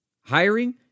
Hiring